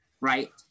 Right